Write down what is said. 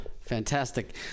fantastic